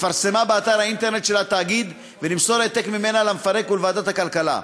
לפרסמה באתר האינטרנט של התאגיד ולמסור העתק ממנה למפרק ולוועדת הכלכלה.